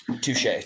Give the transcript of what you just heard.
Touche